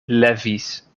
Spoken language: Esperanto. levis